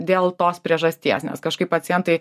dėl tos priežasties nes kažkaip pacientai